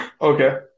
Okay